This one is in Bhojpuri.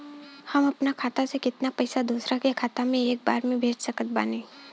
हम अपना खाता से केतना पैसा दोसरा के खाता मे एक बार मे भेज सकत बानी?